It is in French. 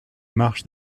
marches